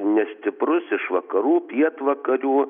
nestiprus iš vakarų pietvakarių